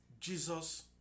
Jesus